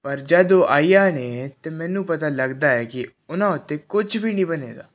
ਪਰ ਜਦੋਂ ਉਹ ਆਈਆਂ ਨੇ ਤਾਂ ਮੈਨੂੰ ਪਤਾ ਲੱਗਦਾ ਹੈ ਕਿ ਉਹਨਾਂ ਉੱਤੇ ਕੁਛ ਵੀ ਨਹੀਂ ਬਣੇਗਾ